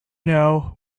know